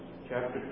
chapter